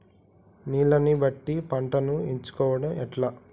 నీళ్లని బట్టి పంటను ఎంచుకోవడం ఎట్లా?